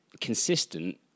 consistent